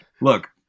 look